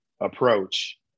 approach